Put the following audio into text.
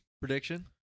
Prediction